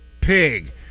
Pig